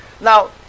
Now